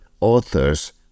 authors